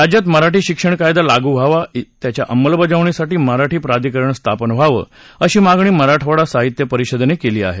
राज्यात मराठी शिक्षण कायदा लागू व्हावा आणि त्याच्या अंमलबजावणीसाठी मराठी प्राधिकरण स्थापन व्हावं अशी मागणी मराठवाडा साहित्य परिषदेनं केली आहे